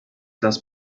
das